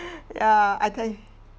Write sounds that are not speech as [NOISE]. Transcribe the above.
[LAUGHS] ya I tell you